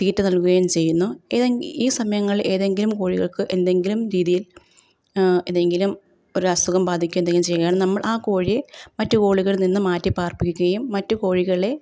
തീറ്റ നൽകുകയും ചെയ്യുന്നു ഏതെങ്കിലും ഈ സമയങ്ങളിൽ ഏതെങ്കിലും കോഴിക്ക് എന്തെങ്കിലും രീതിയിൽ ഏതെങ്കിലും ഒരസുഖം ബാധിക്കുകയോ എന്തെങ്കിലും ചെയ്യാണെ നമ്മൾ ആ കോഴിയെ മറ്റു കോളികളിൽ നിന്നു മാറ്റി പാർപ്പിക്കുകയും മറ്റു കോഴികളെ